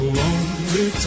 lonely